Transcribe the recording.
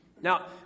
Now